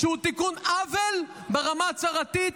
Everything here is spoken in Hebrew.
הוא תיקון עוול ברמה ההצהרתית,